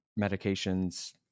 medications